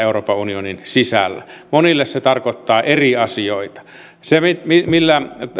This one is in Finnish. euroopan unionin sisällä monille se tarkoittaa eri asioita se millä